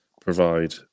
provide